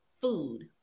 food